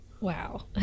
Wow